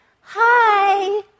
hi